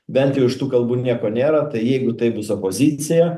bent jau iš tų kalbų nieko nėra tai jeigu tai bus opozicija